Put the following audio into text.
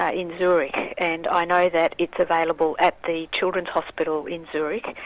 ah in zurich, and i know that it's available at the children's hospital in zurich,